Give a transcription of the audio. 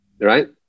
right